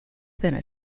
thinner